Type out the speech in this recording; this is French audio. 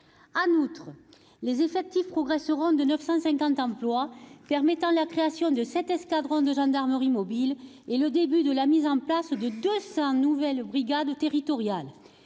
En outre, les effectifs progresseront de 950 emplois, permettant la création de 7 escadrons de gendarmerie mobile et le début de la mise en place de 200 nouvelles brigades territoriales.